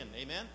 amen